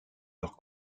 leur